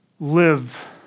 live